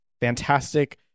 fantastic